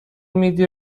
میدی